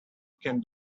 can